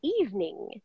Evening